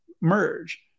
merge